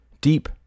deep